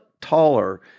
taller